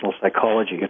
psychology